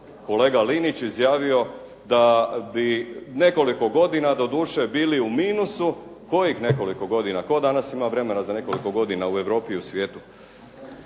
kolega Linić izjavio da bi nekoliko godina doduše bili u minusu, kojih nekoliko godina, tko danas ima vremena za nekoliko godina u Europi i u svijetu.